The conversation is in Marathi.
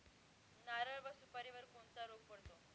नारळ व सुपारीवर कोणता रोग पडतो?